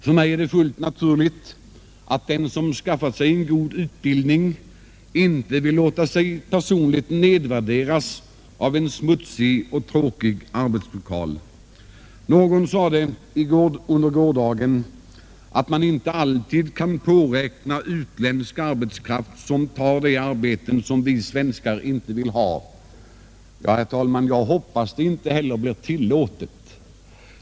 För mig är det fullt naturligt att den som skaffat sig en god utbildning inte vill låta sig personligt nedvärderas av en smutsig och tråkig arbetslokal. Någon sade under gårdagen att man inte alltid kan påräkna utländsk arbetskraft som tar de arbeten vi svenskar inte vill ha. Jag hoppas, herr talman, att detta inte heller blir tillåtet.